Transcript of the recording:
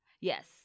Yes